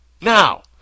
Now